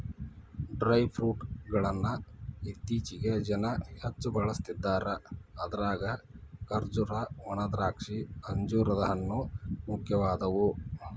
dry fruit ಗಳ್ಳನ್ನ ಇತ್ತೇಚಿಗೆ ಜನ ಹೆಚ್ಚ ಬಳಸ್ತಿದಾರ ಅದ್ರಾಗ ಖರ್ಜೂರ, ಒಣದ್ರಾಕ್ಷಿ, ಅಂಜೂರದ ಹಣ್ಣು, ಮುಖ್ಯವಾದವು